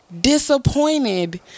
disappointed